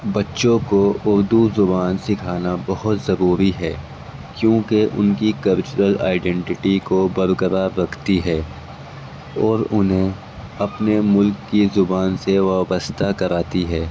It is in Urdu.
بچوں کو اردو زبان سکھانا بہت ضروری ہے کیونکہ ان کی کلچرل ائیڈنٹٹی کو برقرار رکھتی ہے اور انہیں اپنے ملک کی زبان سے وابسطہ کراتی ہے